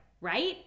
right